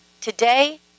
today